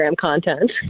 content